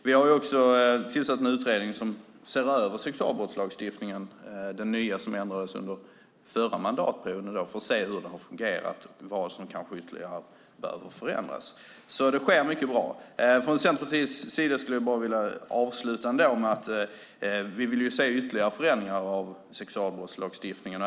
Vi har också tillsatt en utredning som ser över den nya sexualbrottslagstiftningen, som ändå är från förra mandatperioden, för att se hur den har fungerat och vad som ytterligare behöver förändras. Så det sker mycket som är bra. Från Centerpartiets sida skulle jag bara vilja avsluta med att vi vill se ytterligare förändringar av sexualbrottslagstiftningen.